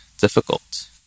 difficult